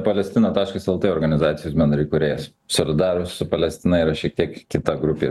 palestina taškas lt organizacijos bendraįkūrėjas solidarūs su palestina yra šiek tiek kita grupė